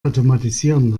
automatisieren